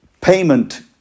payment